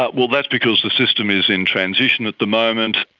ah well, that's because the system is in transition at the moment.